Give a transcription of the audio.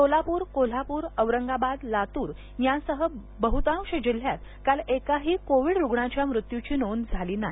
सोलापूर कोल्हापूर औरंगाबाद लातूर यांसह बहुतांश जिल्ह्यात काल एकाही कोविड रुग्णाच्या मृत्यूची नोंद झाली नाही